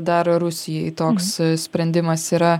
dar rusijai toks sprendimas yra